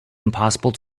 impossible